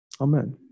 Amen